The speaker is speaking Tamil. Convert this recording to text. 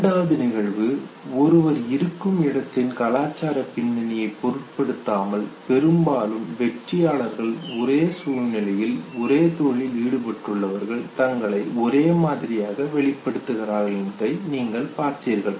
இரண்டாவது நிகழ்வு ஒருவர் இருக்கும் இடத்தின் கலாச்சாரப் பின்னணியை பொருட்படுத்தாமல் பெரும்பாலும் வெற்றியாளர்கள் ஒரு சூழ்நிலையில் ஒரே தொழிலில் ஈடுபட்டுள்ளவர்கள் தங்களை ஒரே மாதிரியாக வெளிப்படுத்துகிறார்கள் என்பதை நீங்கள் பார்த்தீர்கள்